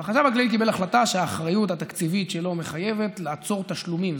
אבל החשב הכללי קיבל החלטה שהאחריות התקציבית שלו מחייבת לעצור תשלומים.